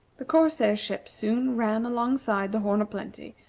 the corsair ship soon ran alongside the horn o' plenty,